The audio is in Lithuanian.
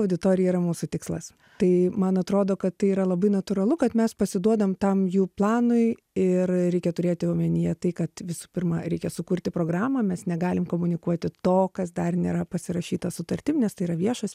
auditorija yra mūsų tikslas tai man atrodo kad tai yra labai natūralu kad mes pasiduodam tam jų planui ir reikia turėti omenyje tai kad visų pirma reikia sukurti programą mes negalim komunikuoti to kas dar nėra pasirašyta sutartim nes tai yra viešas